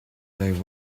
play